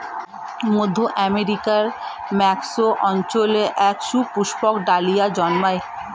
মধ্য আমেরিকার মেক্সিকো অঞ্চলে এক সুপুষ্পক ডালিয়া জন্মায়